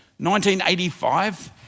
1985